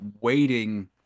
waiting